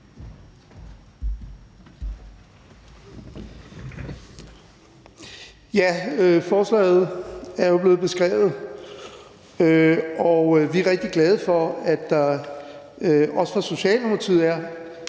Forslaget er jo blevet beskrevet, og vi er rigtig glade for, at der også fra Socialdemokratiets